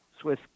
Swiss